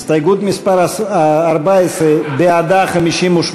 ההסתייגות של חבר הכנסת באסל גטאס לסעיף 12 לא נתקבלה.